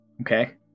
Okay